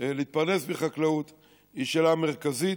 להתפרנס מחקלאות היא שאלה מרכזית.